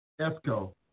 Esco